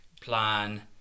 plan